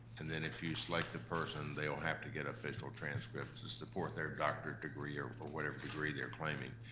and then if you select so like the person, they'll have to get official transcripts to support their doctorate degree or or whatever degree they're claiming.